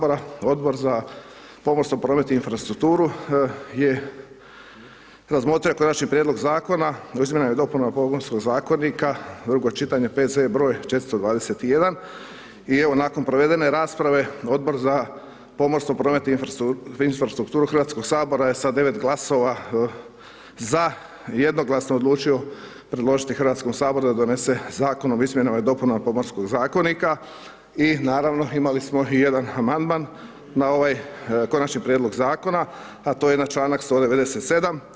Odbor za pomorstvo, promet i infrastrukturu je razmotrio Konačni prijedlog zakona o izmjenama i dopunama Pomorskog zakonika, drugo čitanje, P.Z. br. 421 i evo, nakon provedene rasprave, Odbor za pomorstvo, promet i infrastrukturu HS-a je sa 9 glasova za jednoglasno odlučio predložiti HS-u da donese Zakon o izmjenama i dopunama Pomorskog zakonika i naravno, imali smo i jedan amandman na ovaj konačni prijedlog zakona, a to je na čl. 197.